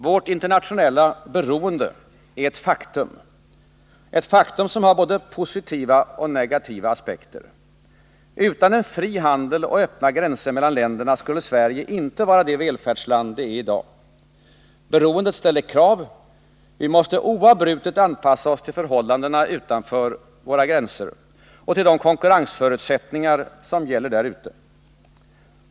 Vårt internationella beroende är ett faktum. Detta har både positiva och negativa aspekter. Utan en fri handel och öppna gränser mellan länderna skulle Sverige inte vara det välfärdsland det är i dag. Beroendet ställer krav. Vi måste oavbrutet anpassa oss till förhållandena utanför våra gränser och till de konkurrensförutsättningar som där gäller.